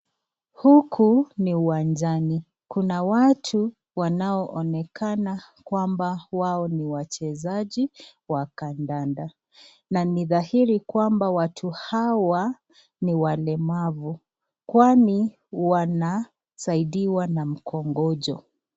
Huku ni uwanjani kuna watu wanaonekana kwamba wao ni wachezaji wa kandanda na ni dhahiri kwamba watu hawa ni walemavu kwani wanasaidia na mkongojo.